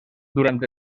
durant